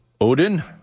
Odin